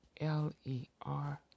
L-E-R